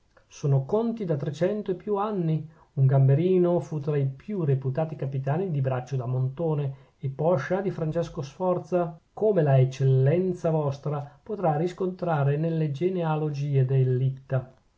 sono conti da trecento e più anni un gamberino fu tra i più reputati capitani di braccio da montone e poscia di francesco sforza come la eccellenza vostra potrà riscontrare nelle genealogie